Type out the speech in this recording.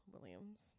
Williams